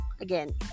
again